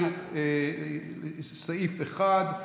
לסעיף 1,